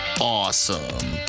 awesome